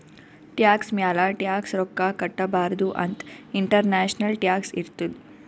tax ಮ್ಯಾಲ tax ರೊಕ್ಕಾ ಕಟ್ಟಬಾರ್ದ ಅಂತ್ ಇಂಟರ್ನ್ಯಾಷನಲ್ ಟ್ಯಾಕ್ಸ್ ಇರ್ತುದ್